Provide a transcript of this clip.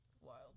wild